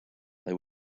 they